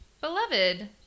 Beloved